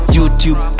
Youtube